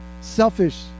selfish